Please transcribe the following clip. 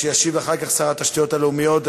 ישיב אחר כך שר התשתיות הלאומית,